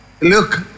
Look